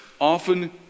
often